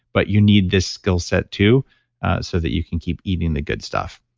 but you need this skill set too so that you can keep eating the good stuff.